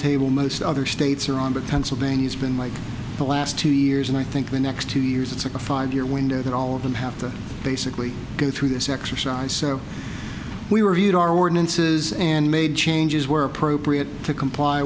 timetable most other states are on but pennsylvania has been my the last two years and i think the next two years it's a five year window that all of them have to basically go through this exercise so we were you know our ordinances and made changes were appropriate to comply